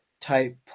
type